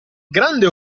grande